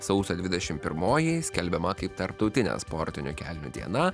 sausio dvidešim pirmoji skelbiama kaip tarptautinė sportinių kelnių diena